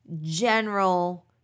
general